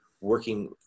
working